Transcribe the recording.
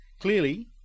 Clearly